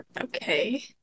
Okay